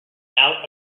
out